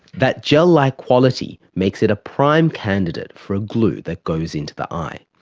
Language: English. that gel like quality makes it a prime candidate for a glue that goes into the eye.